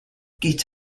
git